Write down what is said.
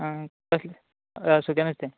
आं कसलें सुकें नुस्तें